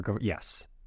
yes